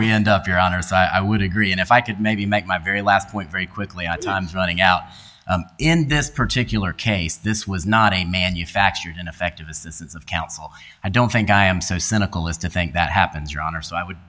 we end up your honor so i would agree and if i could maybe make my very last point very quickly i time's running out in this particular case this was not a manufactured ineffective assistance of counsel i don't think i am so cynical as to think that happens your honor so i would